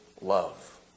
love